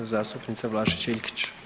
Zastupnica Vlašić Iljkić.